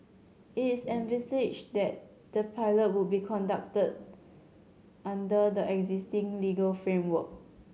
it is envisaged that the pilot will be conducted under the existing legal framework